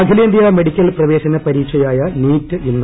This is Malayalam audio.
അഖിലേന്തൃ മെഡിക്കിൽ പ്രവേശന പരീക്ഷയായ നീറ്റ് ഇന്ന്